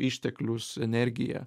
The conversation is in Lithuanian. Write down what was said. išteklius energiją